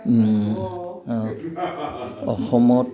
অসমত